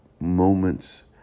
moments